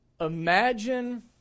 Imagine